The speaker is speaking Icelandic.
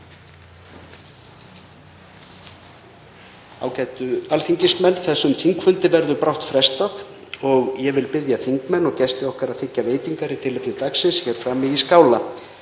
Ágætu alþingismenn. Þessum þingfundi verður brátt frestað og ég vil biðja þingmenn og gesti okkar að þiggja veitingar í tilefni dagsins í Skála.